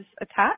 attached